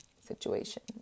situation